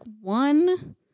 one